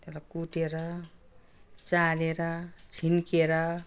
त्यसलाई कुटेर चालेर छिनकेर